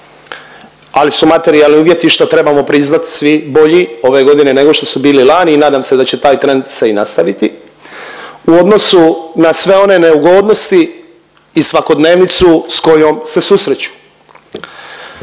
ali su materijalni uvjeti što trebamo priznat svi bolji ove godine nego što su bili lani i nadam se da će taj trend se i nastaviti u odnosu na sve one neugodnosti i svakodnevnicu s kojom se susreću.